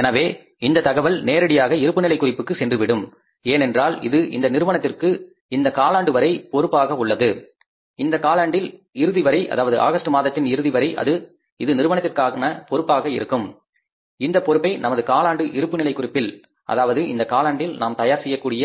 எனவே இந்த தகவல் நேரடியாக பாலன்ஸ் ஷீட்டுக்கு சென்று விடும் ஏனென்றால் இது இந்த நிறுவனத்திற்கு இந்த காலாண்டு வரை பொறுப்பாக உள்ளது இந்த காலாண்டில் இறுதிவரை அதாவது ஆகஸ்ட் மாதத்தின் இறுதிவரை இது நிறுவனத்திற்கான பொறுப்பாக இருக்கும் இந்த பொறுப்பை நமது குவாட்டர்லி பேலன்ஸ் சீட் அதாவது இந்த காலாண்டில் நாம் தயார் செய்யக்கூடிய